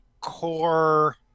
core